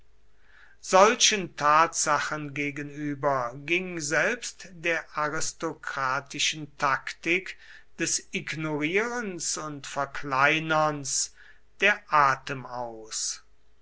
solchen tatsachen gegenüber ging selbst der aristokratischen taktik des ignorierens und verkleinerns der atem aus